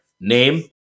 name